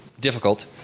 difficult